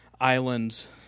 islands